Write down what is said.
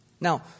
now